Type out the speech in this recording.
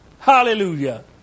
Hallelujah